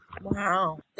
Wow